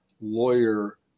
lawyer